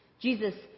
Jesus